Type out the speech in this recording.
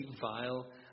vile